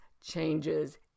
changes